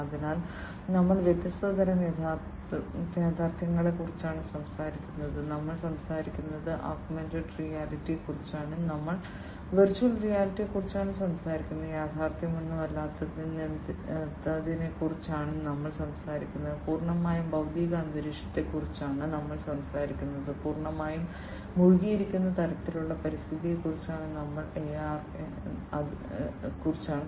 അതിനാൽ ഞങ്ങൾ വ്യത്യസ്ത തരം യാഥാർത്ഥ്യങ്ങളെക്കുറിച്ചാണ് സംസാരിക്കുന്നത് ഞങ്ങൾ സംസാരിക്കുന്നത് ആഗ്മെന്റഡ് റിയാലിറ്റിയെ ക്കുറിച്ചാണ് ഞങ്ങൾ വെർച്വൽ റിയാലിറ്റിയെക്കുറിച്ചാണ് സംസാരിക്കുന്നത് യാഥാർത്ഥ്യമൊന്നുമില്ലാത്തതിനെക്കുറിച്ചാണ് ഞങ്ങൾ സംസാരിക്കുന്നത് പൂർണ്ണമായും ഭൌതിക അന്തരീക്ഷത്തെക്കുറിച്ചാണ് ഞങ്ങൾ സംസാരിക്കുന്നത് പൂർണ്ണമായും മുഴുകിയിരിക്കുന്ന തരത്തിലുള്ള പരിസ്ഥിതിയെക്കുറിച്ചാണ്